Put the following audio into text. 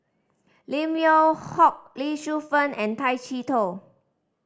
Lim Yew Hock Lee Shu Fen and Tay Chee Toh